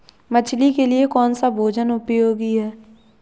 मछली के लिए कौन सा भोजन उपयोगी है?